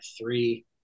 three